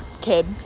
kid